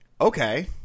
okay